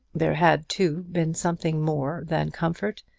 there had, too, been something more than comfort,